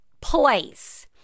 place